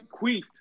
queefed